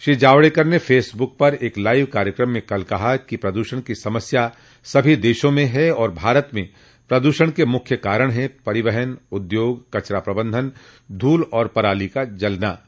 श्री जावडकर ने फेसब्रक पर एक लाइव कार्यक्रम में कल कहा कि प्रदूषण की समस्या सभी देशों में है और भारत में प्रदूषण के प्रमुख कारण परिवहन उद्योग कचरा प्रबंधन धूल और पराली का जलना है